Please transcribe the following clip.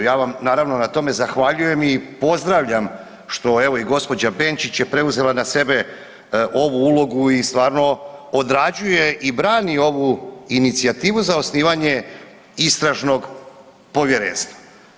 Ja vam naravno na tome zahvaljujem i pozdravljam što evo i gospođa Benčić je preuzela na sebe ovu ulogu i stvarno odrađuje i brani ovu inicijativu za osnivanje istražnog povjerenstva.